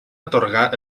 atorgar